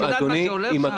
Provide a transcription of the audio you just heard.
את יודעת מה שהולך שם?